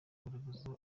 kugaragaza